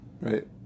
Right